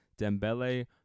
Dembele